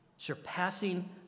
Surpassing